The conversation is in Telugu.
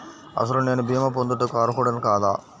అసలు నేను భీమా పొందుటకు అర్హుడన కాదా?